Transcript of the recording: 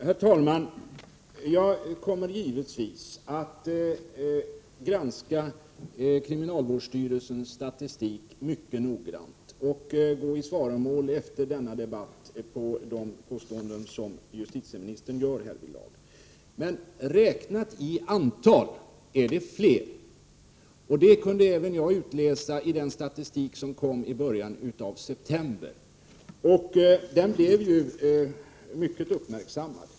Herr talman! Jag kommer givetvis att mycket noggrant granska kriminalvårdsstyrelsens statistik och därefter gå i svaromål mot de påståenden som justitieministern gör i denna debatt. Räknat i antal har rymningarna blivit fler, vilket även jag kunde utläsa av den statistik som presenterades i början av september — den blev ju mycket uppmärksammad.